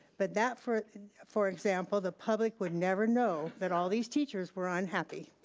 but that for for example, the public would never know that all these teachers were unhappy,